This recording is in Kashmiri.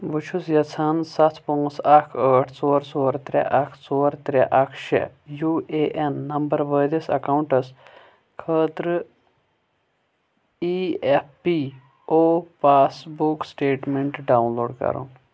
بہٕ چھُس یژھان سَتھ پانٛژھ اَکھ ٲٹھ ژوٚر ژوٚر ترٛےٚ اَکھ ژوٚر ترٛےٚ اَکھ شےٚ یو اے این نمبر وٲلِس اکاؤنٹس خٲطرٕ E F P O passbook statement download کرُن